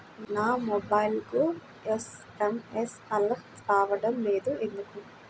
నా మొబైల్కు SMS alerts రావడం లేదు ఎందుకు?